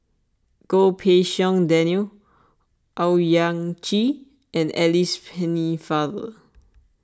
Goh Pei Siong Daniel Owyang Chi and Alice Pennefather